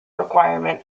requirement